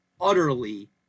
utterly